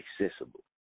accessible